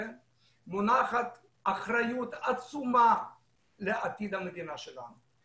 מונחת אחריות עצומה לעתיד המדינה שלנו.